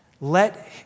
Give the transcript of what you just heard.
let